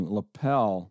LaPel